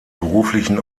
beruflichen